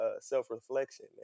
self-reflection